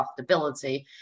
profitability